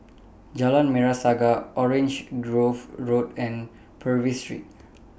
Jalan Merah Saga Orange Grove Road and Purvis Street